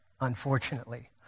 unfortunately